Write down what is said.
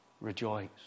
rejoice